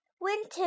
Winter